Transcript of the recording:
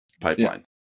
pipeline